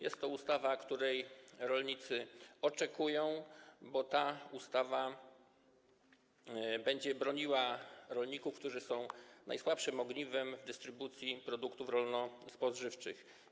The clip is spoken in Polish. Jest to ustawa, której rolnicy oczekują, bo ta ustawa będzie broniła rolników, którzy są najsłabszym ogniwem w dystrybucji produktów rolno-spożywczych.